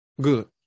Good